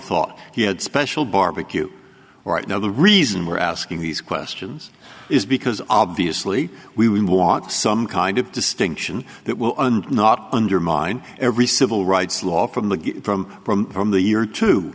thought he had special barbecue right now the reason we're asking these questions is because obviously we want some distinction that will and not undermine every civil rights law from the from from from the year two